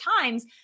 times